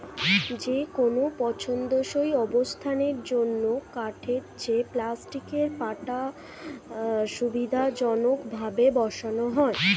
যেকোনো পছন্দসই অবস্থানের জন্য কাঠের চেয়ে প্লাস্টিকের পাটা সুবিধাজনকভাবে বসানো যায়